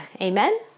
Amen